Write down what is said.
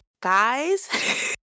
guys